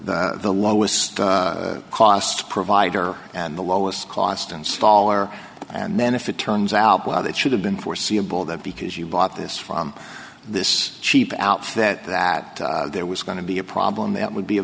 the lowest cost provider and the lowest cost installer and then if it turns out well that should have been foreseeable that because you bought this from this cheap out that that there was going to be a problem that would be a